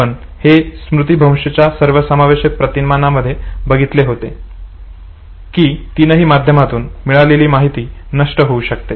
आपण हे स्मृतीभ्रंशच्या सर्वसमावेशक प्रतिमानामध्ये बघितले होते की तीनही माध्यमांतून मिळालेली माहिती नष्ट होऊ शकते